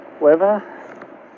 weather